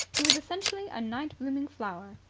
he was essentially a night-blooming flower.